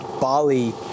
bali